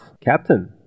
Captain